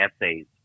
essays